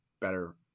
better